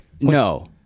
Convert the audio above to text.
No